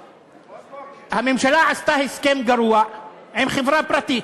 לכם, הממשלה עשתה הסכם גרוע עם חברה פרטית,